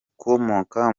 ukomoka